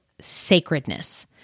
sacredness